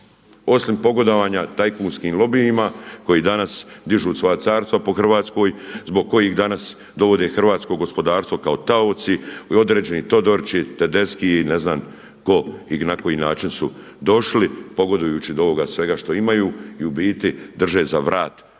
osim pogodovanja tajkunskim lobijima koji danas dižu svoja carstva po Hrvatskoj, zbog kojih danas dovode hrvatsko gospodarstvo kao taoci i određeni Todorići, Tedeski i ne znam tko i na koji način su došli, pogodujući do ovoga svega što imaju i u biti drže za vrat